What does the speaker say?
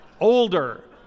older